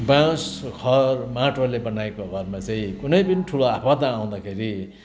बाँस खर माटोले बनाएको घरमा चाहिँ कुनै पनि ठुलो आपदा आउँदाखेरि